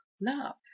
love